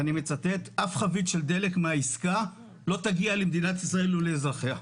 ואני מצטט: אף חבית של דלק מהעסקה לא תגיע למדינת ישראל ולאזרחיה.